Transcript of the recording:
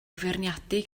feirniadu